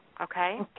Okay